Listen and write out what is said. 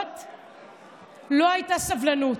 לא הייתה סבלנות.